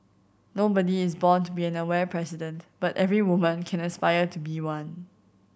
nobody is born to be an aware president but every woman can aspire to be one